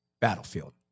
battlefield